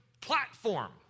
platform